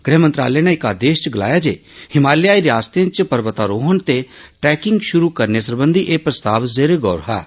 गृहमंत्रालय नै इक आदेश च गलाया जे हिमालयाई रियासतें च पर्वतारोहन ते ट्रेकिंग शुरु करने सरबंधी एह् प्रस्ताव जेरे गौर हा